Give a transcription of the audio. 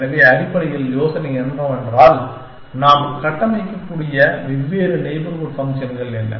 எனவே அடிப்படையில் யோசனை என்னவென்றால் நாம் கட்டமைக்கக்கூடிய வெவ்வேறு நெய்பர்ஹூட் ஃபங்க்ஷன்கள் என்ன